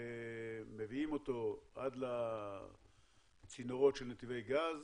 ומביאים אותו עד לצינורות של נתיבי גז,